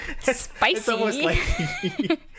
spicy